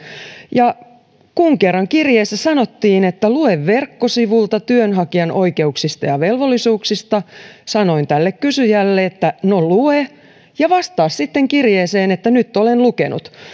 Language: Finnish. ja kun kerran kirjeessä sanottiin että lue verkkosivulta työnhakijan oikeuksista ja velvollisuuksista sanoin tälle kysyjälle että no lue ja vastaa sitten kirjeeseen että nyt olen lukenut